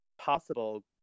possible